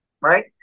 right